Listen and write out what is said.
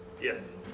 Yes